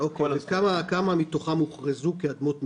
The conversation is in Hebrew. כמה מתוכם הוכרזו כאדמות מדינה?